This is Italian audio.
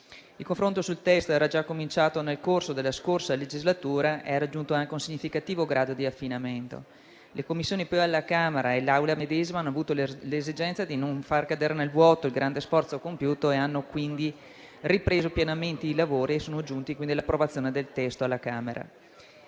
Il confronto sul testo era già cominciato nel corso della scorsa legislatura e ha raggiunto anche un significativo grado di affinamento. Le Commissioni alla Camera e l'Assemblea medesima hanno sentito l'esigenza di non far cadere nel vuoto il grande sforzo compiuto e hanno quindi ripreso pienamente i lavori, giungendo quindi all'approvazione del testo alla Camera.